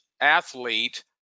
athlete